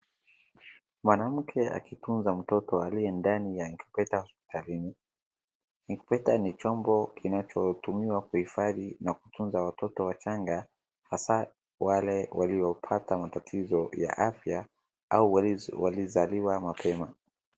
Mwanamke akitunza mtoto aliye ndani ya incubator hospitalini. Incubator ni chombo kinachotumiwa kuhifadhi na kutunza watoto wachanga hasa wale waliopata matatizo ya afya au walizaliwa mapema.